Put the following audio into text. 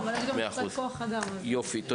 100%. תודה.